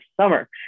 summer